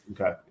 Okay